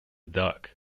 dog